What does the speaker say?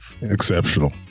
exceptional